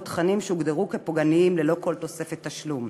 תכנים שהוגדרו כפוגעניים ללא כל תוספת תשלום.